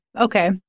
Okay